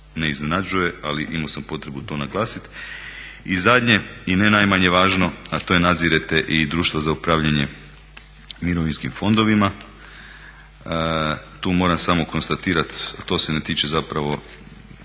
Ne iznenađuje, ali imao sam potrebu to naglasiti. I zadnje i ne najmanje važno, a to je nadzirete i društva za upravljanje mirovinskim fondovima. Tu moram samo konstatirat, to se ne tiče zapravo